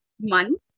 month